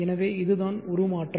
எனவே இதுதான் உருமாற்றம்